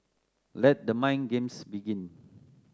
let the mind games begin